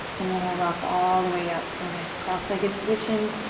and then we'll rock all the way up to a nice cross-legged position,